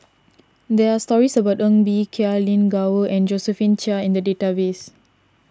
there are stories about Ng Bee Kia Lin Gao and Josephine Chia in the database